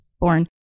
born